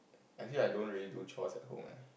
actually I don't really do chores at home eh